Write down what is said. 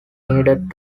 needed